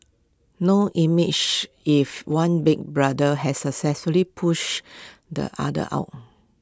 now image if one Big Brother has successfully pushed the other out